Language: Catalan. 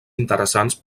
interessants